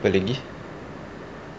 apa lagi